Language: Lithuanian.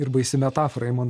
ir baisi metafora ji man